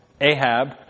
Ahab